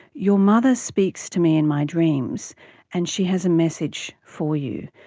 your mother speaks to me in my dreams and she has a message for you.